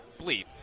bleep